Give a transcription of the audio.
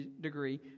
degree